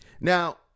Now